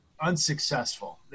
unsuccessful